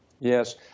Yes